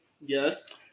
Yes